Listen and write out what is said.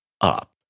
up